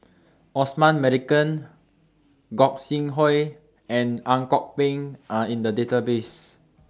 Osman Merican Gog Sing Hooi and Ang Kok Peng Are in The Database